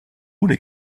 ohne